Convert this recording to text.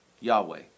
Yahweh